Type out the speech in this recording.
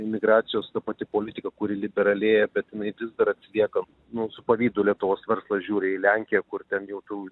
imigracijos ta pati politika kuri liberalėja bet jinai vis dar atsilieka nu su pavydu lietuvos verslas žiūri į lenkiją kur ten jau tų